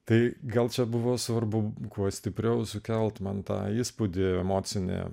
tai gal čia buvo svarbu kuo stipriau sukelti man tą įspūdį emocinę